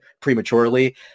prematurely